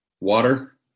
Water